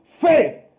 faith